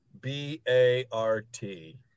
B-A-R-T